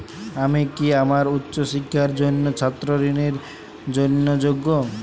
আমি কি আমার উচ্চ শিক্ষার জন্য ছাত্র ঋণের জন্য যোগ্য?